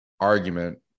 argument